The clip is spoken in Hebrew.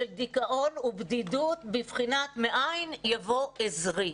של דיכאון ובדידות, בבחינת: מאין יבוא עזרי?